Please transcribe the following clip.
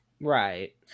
Right